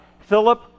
Philip